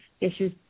issues